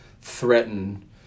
threaten